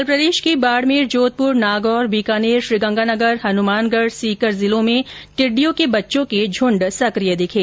कल प्रदेश के बाडमेर जोधपुर नागौर बीकानेर श्रीगंगानगर हनुमानगढ सीकर जिलों में टिड़ियों के बच्चों के झुन्ड सक्रिय दिखे